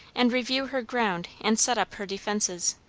and review her ground and set up her defences.